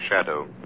Shadow